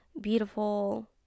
beautiful